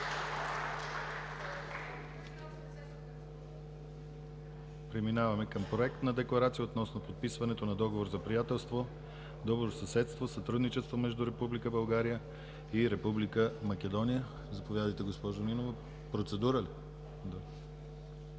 Преминаваме към Проект на Декларация относно подписването на Договор за приятелство, добросъседство и сътрудничество между Република България и Република Македония. Заповядайте, госпожо Нинова, за процедура.